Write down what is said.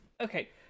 okay